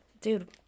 dude